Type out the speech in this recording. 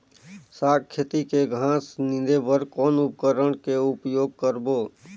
साग खेती के घास निंदे बर कौन उपकरण के उपयोग करबो?